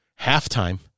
halftime